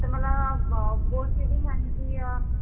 तर मला board setting आणखी